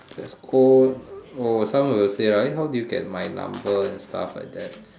that's call oh some will say like how did you get my number and stuff like that